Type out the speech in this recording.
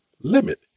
limit